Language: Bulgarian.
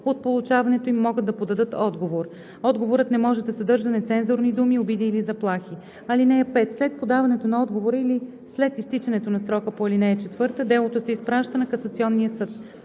от получаването им могат да подадат отговор. Отговорът не може да съдържа нецензурни думи, обиди или заплахи. (5) След подаването на отговора или след изтичането на срока по ал. 4 делото се изпраща на касационния съд.